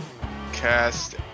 cast